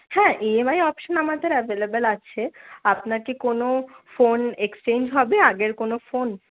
হ্যাঁ EMI option আমাদের available আছে আপনার কি কোনো ফোন এক্সচেঞ্জ হবে আগের কোনো ফোন